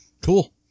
Cool